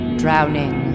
drowning